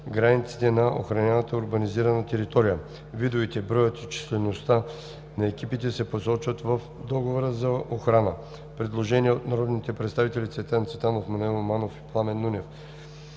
границите на охраняваната урбанизирана територия. Видовете, броят и числеността на екипите се посочват в договора за охрана.“ Предложение от народните представители Цветан Цветанов, Maноил Манев и Пламен Нунев.